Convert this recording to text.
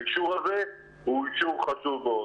האישור הזה הוא אישור חשוב מאוד.